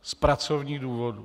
Z pracovních důvodů.